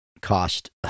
cost